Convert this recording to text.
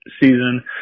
season